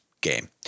game